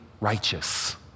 righteous